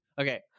Okay